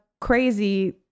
crazy